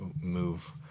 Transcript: move